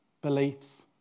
beliefs